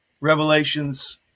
Revelations